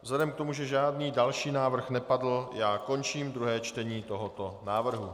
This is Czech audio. Vzhledem k tomu, že žádný další návrh nepadl, končím druhé čtení tohoto návrhu.